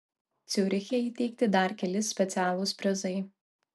ciuriche įteikti dar keli specialūs prizai